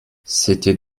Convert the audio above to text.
c’était